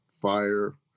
fire